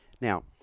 now